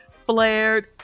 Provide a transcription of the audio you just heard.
flared